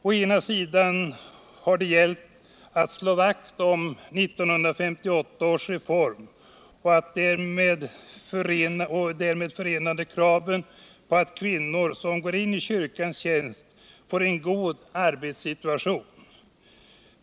Å ena sidan har det gällt att slå vakt om 1958 års reform och de därmed förenade kraven på att de kvinnor som går in i kyrkans tjänst får en god arbetssituation.